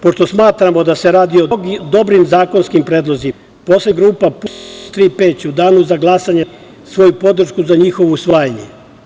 Pošto smatramo da se radi o dobrim zakonskim predlozima, poslanička grupa PUPS – 3P će u danu za glasanje dati svoju podršku za njihovo usvajanje.